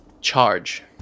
charge